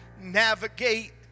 navigate